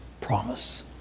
promise